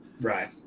Right